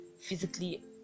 physically